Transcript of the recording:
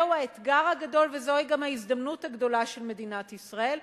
זהו האתגר הגדול וזוהי גם ההזדמנות הגדולה של מדינת ישראל,